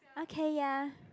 okay ya